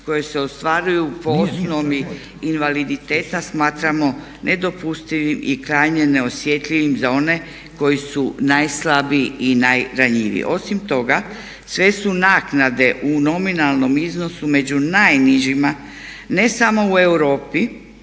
koje se ostvaruju po osnovi invaliditeta smatramo nedopustivim i krajnje neosjetljivim za one koji su najslabiji i najranjiviji. Osim toga sve su naknade u nominalnom iznosu među najnižima ne samo u Europi